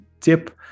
tip